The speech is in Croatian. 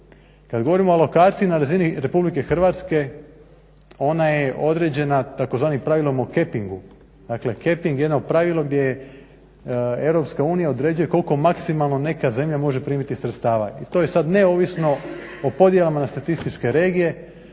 Kad govorimo o alokaciji na razini RH ona je određena tzv. pravilom o capingu, dakle caping jedno pravilo gdje je EU određuje koliko maksimalno neka zemlja može primiti sredstava i to je sad neovisno o podjelama na statističke regije,